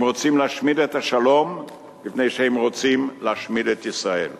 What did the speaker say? הם רוצים להשמיד את השלום מפני שהם רוצים להשמיד את ישראל.